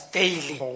daily